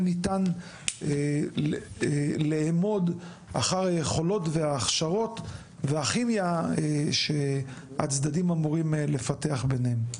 ניתן לאמוד אחר יכולות והכשרות והכימיה שהצדדים אמורים לפתח ביניהם.